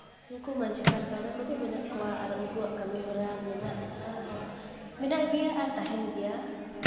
ᱩᱱᱠᱩ ᱢᱟᱹᱡᱷᱤ ᱯᱟᱨᱜᱟᱱᱟ ᱠᱚᱜᱮ ᱢᱮᱱᱟᱜ ᱠᱚᱣᱟ ᱟᱨ ᱩᱱᱠᱩᱣᱟᱜ ᱠᱟᱹᱢᱤᱦᱚᱨᱟ ᱢᱮᱱᱟᱜᱼᱟ ᱟᱨ ᱢᱮᱱᱟᱜ ᱜᱮᱭᱟ ᱟᱨ ᱛᱟᱦᱮᱱ ᱜᱮᱭᱟ